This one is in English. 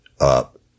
up